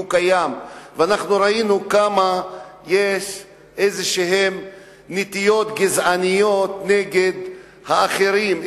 ואנחנו ראינו שיש איזשהן נטיות גזעניות נגד האחרים,